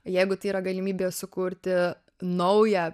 jeigu tai yra galimybė sukurti naują